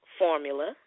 formula